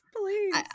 please